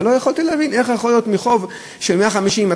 ולא יכולתי להבין איך יכול להיות מחוב של 150,000,